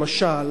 למשל,